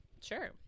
Sure